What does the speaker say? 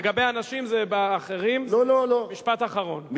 לגבי אנשים אחרים, משפט אחרון.